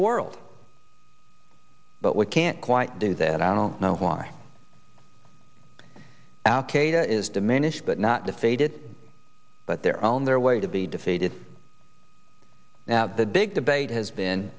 the world but we can't quite do that i don't know why al qaeda is diminished but not defeated but their own their way to be defeated now the big debate has been